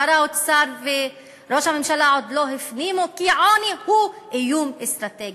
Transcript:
שר האוצר וראש הממשלה עוד לא הפנימו שעוני הוא איום אסטרטגי.